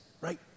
right